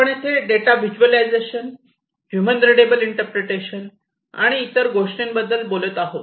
आपण येथे data visualisation human readable interpretation आणि इतर गोष्टींबद्दल बोलत आहोत